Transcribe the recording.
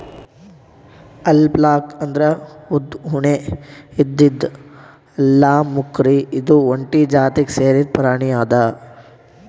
alpaca ಅಂದ್ರ ಉದ್ದ್ ಉಣ್ಣೆ ಇದ್ದಿದ್ ಲ್ಲಾಮ್ಕುರಿ ಇದು ಒಂಟಿ ಜಾತಿಗ್ ಸೇರಿದ್ ಪ್ರಾಣಿ ಅದಾ